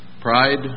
Pride